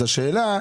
אז השאלה,